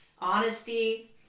Honesty